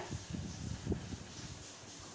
uh